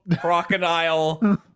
crocodile